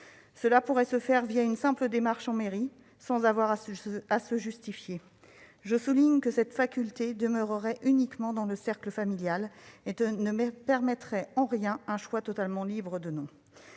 Cela pourrait se faire une simple démarche en mairie, sans justification. Je souligne que cette faculté demeurerait uniquement dans le cercle familial et ne permettrait en rien un choix totalement libre du nom.